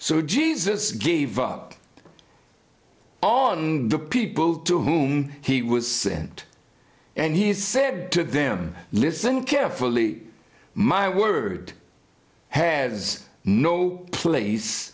so jesus gave up on the people to whom he was sent and he said to them listen carefully my word has no place